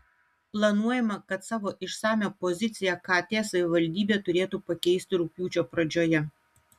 planuojama kad savo išsamią poziciją kt savivaldybė turėtų pateikti rugpjūčio pradžioje